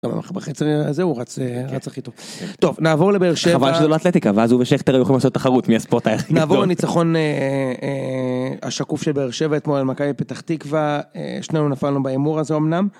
זהו רצה רצה חיתוך טוב נעבור לבאר שזה לא אטלטיקה ואז הוא ושכתר יוכל לעשות תחרות מי הספורט הכי טוב נעבור לניצחון השקוף של באר שבת מועל מכבי פתח תקווה שנינו נפלנו בהימור הזה אמנם